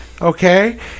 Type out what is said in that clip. okay